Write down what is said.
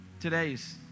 Today's